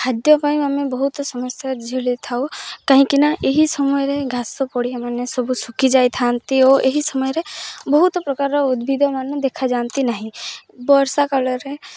ଖାଦ୍ୟ ପାଇଁ ଆମେ ବହୁତ ସମସ୍ୟ୍ୟା ଝେଳି ଥାଉ କାହିଁକି ନା ଏହି ସମୟରେ ଘାସ ପଡ଼ିଆ ମାନ ସବୁ ଶୁଖି ଯାଇଥାନ୍ତି ଓ ଏହି ସମୟରେ ବହୁତ ପ୍ରକାରର ଉଦ୍ଭିଦ ମାନ ଦେଖାଯାଆନ୍ତି ନାହିଁ ବର୍ଷା କାଳରେ